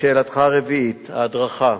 לשאלתך הרביעית, הדרכה: